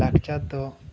ᱞᱟᱠᱪᱟᱨ ᱫᱚ